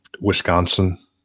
Wisconsin